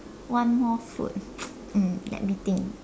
one more food um let me think